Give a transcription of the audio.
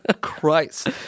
Christ